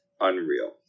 unreal